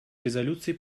резолюции